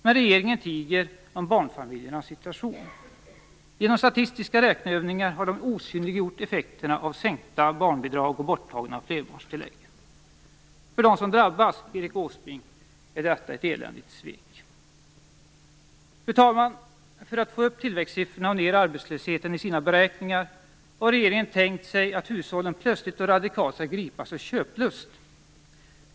Men regeringen tiger om barnfamiljernas situation. Genom statistiska räkneövningar har man osynliggjort effekterna av sänkta barnbidrag och borttagna flerbarnstillägg. För dem som drabbas, Erik Åsbrink, är detta ett eländigt svek. Fru talman! För att få upp tillväxtsiffrorna och ned arbetslösheten i sina beräkningar har regeringen tänkt sig att hushållen plötsligt och radikalt skall gripas av köplust.